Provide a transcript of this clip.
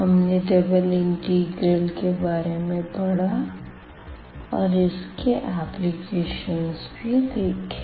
हमने double integral के बारे में पढ़ा और इसके एप्लिकेशन भी देखे